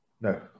No